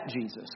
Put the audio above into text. Jesus